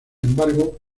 embargo